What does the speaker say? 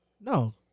No